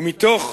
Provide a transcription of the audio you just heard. ומתוך